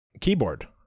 Keyboard